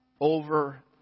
over